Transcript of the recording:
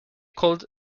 called